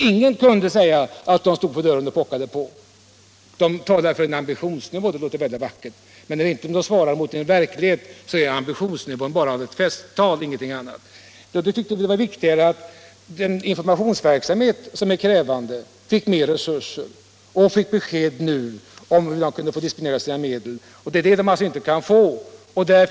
Ingen kunde ju säga att projekten stod vid dörren och pockade på att bli insläppta. Det har talats om ambitionsnivå, och det låter väldigt vackert. Men när denna nivå inte svarar mot verkligheten så är det bara fråga om festtal, ingenting annat. Vi tyckte att det var viktigare att informationsverksamheten, som är mycket krävande, fick större resurser och att de som svarar för den fick besked nu om de medel de kan förfoga över.